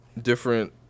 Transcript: different